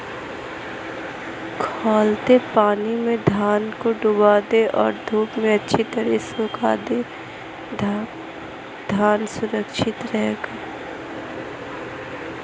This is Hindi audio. ज़्यादा समय तक धान को सुरक्षित रखने के लिए किस स्प्रे का प्रयोग कर सकते हैं?